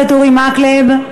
מקלב.